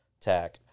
tech